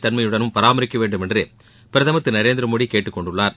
தன்மையுடனும் பராமரிக்கவேண்டும் என்று பிரதமர் திரு நரேந்திரமோடி கேட்டுக்கொண்டுள்ளார்